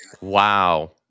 Wow